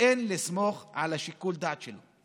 שאין לסמוך על שיקול הדעת שלו,